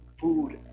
food